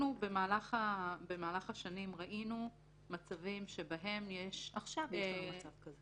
במהלך השנים ראינו מצבים שבהם יש --- עכשיו יש לנו מצב כזה,